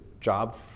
job